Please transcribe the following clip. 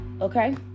okay